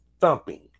thumping